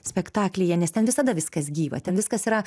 spektaklyje nes ten visada viskas gyva ten viskas yra